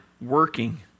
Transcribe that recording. working